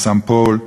בסאו-פאולו,